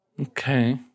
okay